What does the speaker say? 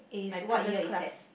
my previous class